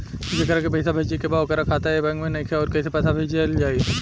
जेकरा के पैसा भेजे के बा ओकर खाता ए बैंक मे नईखे और कैसे पैसा भेजल जायी?